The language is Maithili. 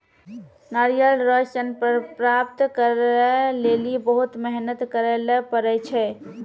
नारियल रो सन प्राप्त करै लेली बहुत मेहनत करै ले पड़ै छै